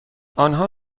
آنها